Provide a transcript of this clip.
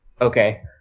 Okay